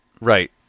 Right